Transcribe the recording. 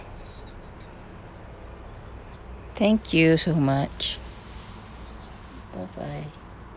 thank you so much bye bye